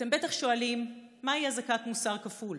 אתם בטח שואלים מהי אזעקת מוסר כפול.